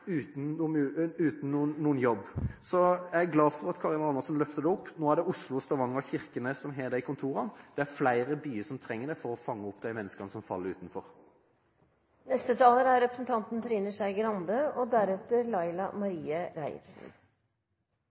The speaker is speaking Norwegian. uten noen jobb, er vel så stor som den interpellanten tar opp. Jeg er glad for at Karin Andersen løfter dette opp. Det er Oslo, Stavanger og Kirkenes som har disse senterne. Det er flere byer som trenger det for å fange opp de menneskene som faller utenfor. Venstre er et liberalt parti. Det betyr at menneskets behov og